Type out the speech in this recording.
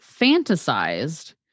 fantasized